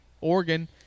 Oregon